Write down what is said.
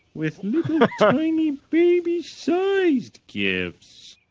with tiny beebe's siezed. gibbs